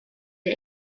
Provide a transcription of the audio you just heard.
der